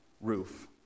roof